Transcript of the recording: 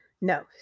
no